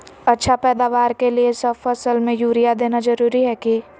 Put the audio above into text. अच्छा पैदावार के लिए सब फसल में यूरिया देना जरुरी है की?